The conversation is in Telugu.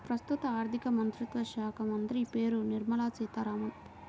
ప్రస్తుత ఆర్థికమంత్రిత్వ శాఖామంత్రి పేరు నిర్మల సీతారామన్